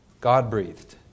God-breathed